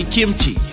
Kimchi